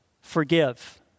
Forgive